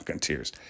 tears